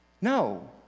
No